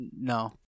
No